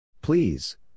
Please